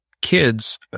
kids